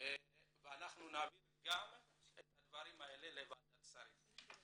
ונעביר את הדברים האלה לוועדת השרים.